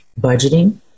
budgeting